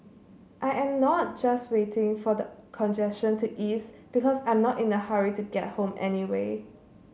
I am not just waiting for the congestion to ease because I'm not in a hurry to get home anyway